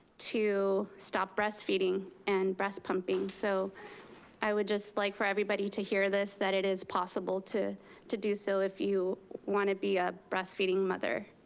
to stop breast feeding and breast pumping. so i would just like everybody to hear this that it is possible to to do so if you wanna be a breastfeeding mother.